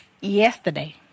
yesterday